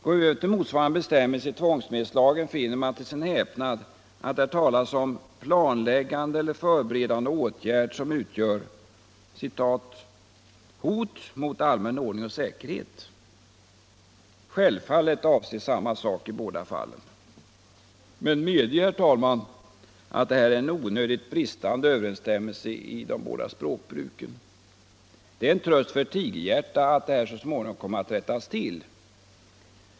Går vi över till motsvarande bestämmelse i tvångs§- medelslagen, finner vi emellertid till vår häpnad att där talas om planläggande eller förberedande av åtgärd som ”utgör hot mot allmän ordning och säkerhet”! Självfallet avses samma sak i båda fallen, men medge, herr talman, att det här är en onödigt bristande överensstämmelse i de båda språkbruken. Det är en tröst för ett tigerhjärta att detta så småningom kommer att rättas till.